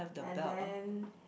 and then